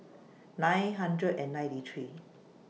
nine hundred and ninety three